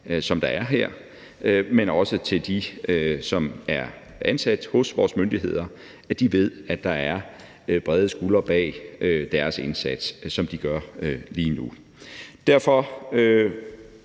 som der er her, men også for at de, der er ansat hos vores myndigheder, ved, at der er brede skuldre bag den indsats, som de gør lige nu. Derfor